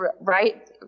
right